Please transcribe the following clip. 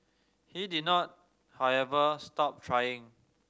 he did not however stop trying